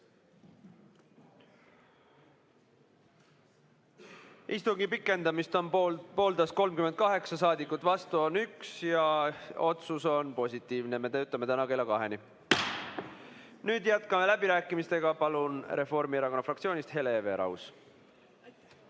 Istungi pikendamist pooldas 38 saadikut, vastu on 1. Otsus on positiivne, me töötame täna kella kaheni. Nüüd jätkame läbirääkimisi. Palun Reformierakonna fraktsioonist Hele Everaus!